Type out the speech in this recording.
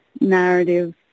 narrative